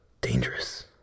dangerous